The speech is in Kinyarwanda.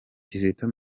kizito